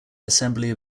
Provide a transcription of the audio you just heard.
assembly